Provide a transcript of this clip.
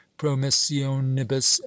promissionibus